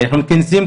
אנחנו מתכנסים,